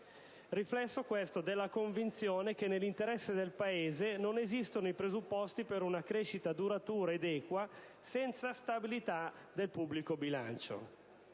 riflesso, questo, della convinzione che nell'interesse del Paese non esistono i presupposti per una crescita duratura ed equa senza stabilità del pubblico bilancio.